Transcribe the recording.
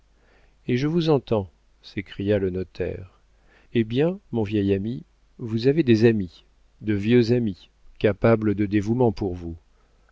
et et je vous entends s'écria le notaire eh bien mon vieil ami vous avez des amis de vieux amis capables de dévouement pour vous